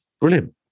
Brilliant